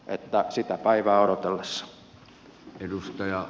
että sitä päivää odotellessa